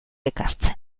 ekartzen